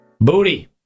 Booty